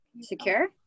Secure